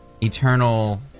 eternal